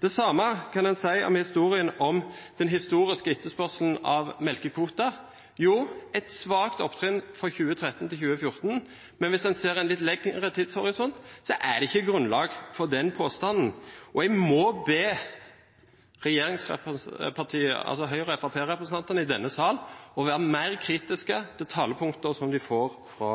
Det samme kan man si om historien om den historiske etterspørselen etter melkekvoter – jo, en svak oppgang fra 2013 til 2014. Men hvis man ser det i en litt lengre tidshorisont, er det ikke grunnlag for den påstanden. Og jeg må be regjeringspartiene, altså Høyre-representantene og fremskrittspartirepresentantene i denne sal, om å være mer kritiske til talepunktene de får fra